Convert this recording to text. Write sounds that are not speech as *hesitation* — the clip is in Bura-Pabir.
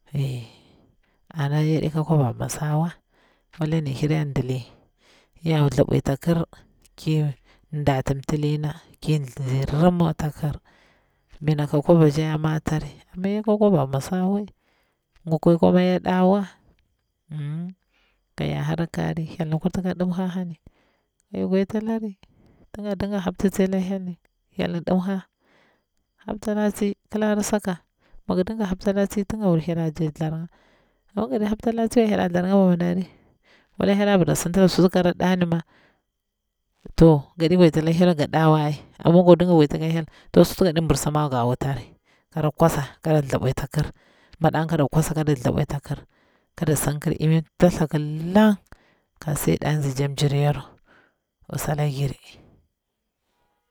Ey ana yaɗi ka kwaba masa wa, walang hir yang ndili ya thla bwui ta kir, kin dati mtilina kinzi rim atakir, miinaka kwabaca ya matari, amma yaka kwaba masawa, ngukwi kuma ya ɗawa *hesitation* ka ya hara kara hyel ni kurti ka dimha a hani, ik gwadita lari tin ga dinga hapti tsi la hyelni, hyelmi ɗimha, haptala tsi kilarasa ka, mi dinga haptala tsi tin ngawul hyel a jakti tharnga, amma miga ɗi haptala tsiwa hyel a thernga a bwa madiri, wala hyel a bara sinta langi suti kara ɗani ma, to gaɗi gwaditi la hyelwa ga ɗawama ai, amma go dinga gaditi ka hyel suti ngaɗi mbursa ma wa ga wutari, kara kwasa kara thabwini ta kir, madanga kada twas kada thlabwi ta kir kada sankir imi tamthaku lang ka sai danzi ca mjiryaru usalagir